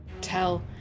tell